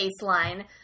baseline